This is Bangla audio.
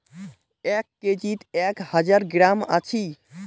এক কেজিত এক হাজার গ্রাম আছি